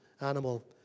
animal